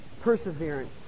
Perseverance